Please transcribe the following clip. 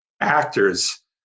actors